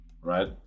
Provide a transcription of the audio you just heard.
right